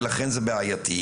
ולכן זה בעייתי.